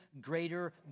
greater